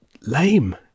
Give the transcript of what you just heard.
lame